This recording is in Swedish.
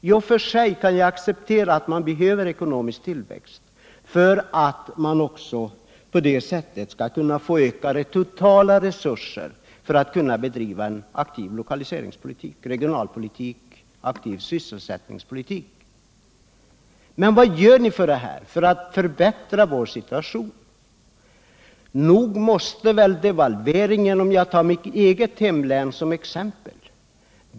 I och för sig kan jag acceptera att man behöver ekonomisk tillväxt för att man på det sättet skall få ökade totala resurser för att kunna bedriva en aktiv regionalpolitik och sysselsättningspolitik. Men vad gör ni för att förbättra vår situation? Nog måste devalveringen ha haft effekt. Låt mig ta mitt eget hemlän som exempel.